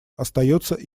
остается